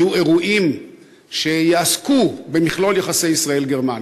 יהיו אירועים שיעסקו במכלול יחסי ישראל גרמניה.